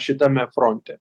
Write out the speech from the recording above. šitame fronte